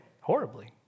horribly